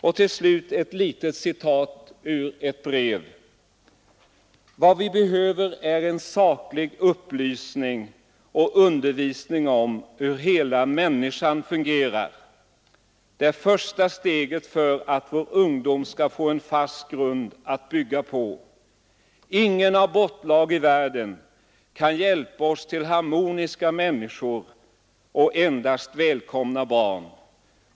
Och till slut ett litet citat ur ett brev: ”Vad vi behöver är en saklig upplysning och undervisning om hur hela människan fungerar. Det första steget för att vår ungdom skall få en fast grund att bygga på. Ingen abortlag i världen kan hjälpa oss till harmoniska människor och endast välkomna barn.